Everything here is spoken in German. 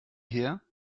her